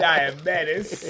Diabetes